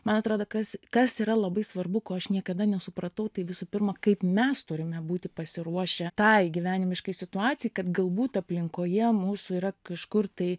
man atrodo kas kas yra labai svarbu ko aš niekada nesupratau tai visų pirma kaip mes turime būti pasiruošę tai gyvenimiškai situacijai kad galbūt aplinkoje mūsų yra kažkur tai